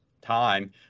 time